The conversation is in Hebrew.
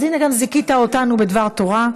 אז הינה, גם זיכית אותנו בדבר תורה.